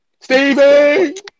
Stevie